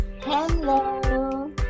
Hello